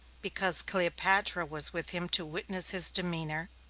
because cleopatra was with him to witness his demeanor,